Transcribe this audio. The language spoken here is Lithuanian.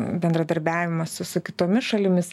bendradarbiavimą su su kitomis šalimis